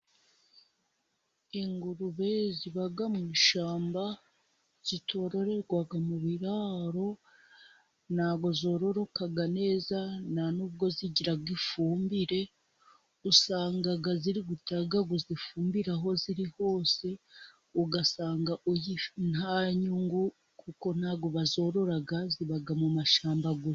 Ingurube ziba mu ishyamba, zitororerwa mu biraro, ntabwo zororoka neza, nta n'ubwo zigira ifumbire, usanga ziri gutagaguza ifumbire aho ziri hose, ugasanga nta nyungu, kuko ntabwo bazorora, ziba mu mashyamba gusa.